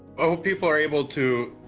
hope people are able to,